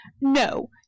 no